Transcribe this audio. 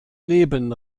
leben